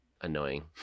annoying